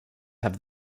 have